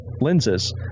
lenses